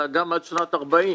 אלא גם עד שנת 40',